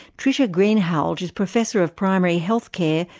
trisha greenhalgh is professor of primary health care,